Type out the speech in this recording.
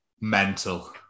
mental